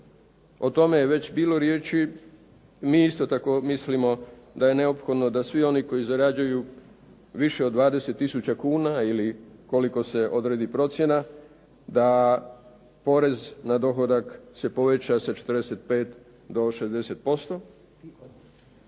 o tome je već bilo riječi. Mi isto tako mislimo da je neophodno da svi oni koji zarađuju više od 20 tisuća kuna ili koliko se odredi procjena, da porez na dohodak se poveća sa 45 do 60%.